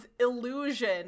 Illusion